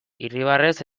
irribarrez